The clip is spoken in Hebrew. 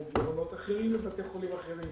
כמו גירעונות אחרים בבתי חולים אחרים.